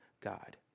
God